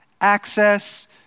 access